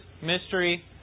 mystery